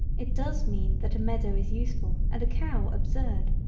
it does mean that a meadow is useful and a cow absurd.